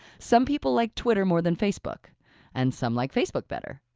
some people like twitter more than facebook and some like facebook better.